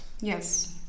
Yes